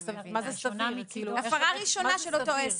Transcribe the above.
הפרה ראשונה של אותו עסק.